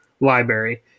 library